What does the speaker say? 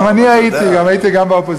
גם אני הייתי, הייתי גם באופוזיציה.